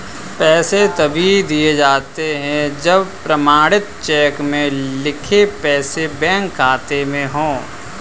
पैसे तभी दिए जाते है जब प्रमाणित चेक में लिखे पैसे बैंक खाते में हो